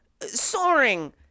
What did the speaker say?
soaring